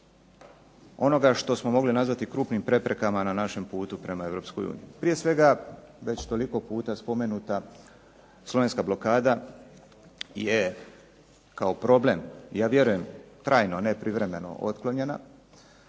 onoga što smo mogli nazvati krupnim preprekama na našem putu prema Europskoj uniji. Prije svega već toliko puta spomenuta Slovenska blokada je kao problem, ja vjerujem trajno ne privremeno, otklonjena